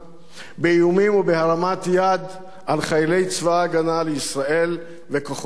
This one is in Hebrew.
באיומים ובהרמת יד על חיילי צבא-ההגנה לישראל וכוחות הביטחון.